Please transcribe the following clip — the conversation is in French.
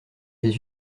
les